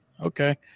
Okay